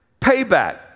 payback